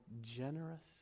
generous